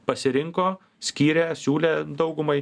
pasirinko skyrė siūlė daugumai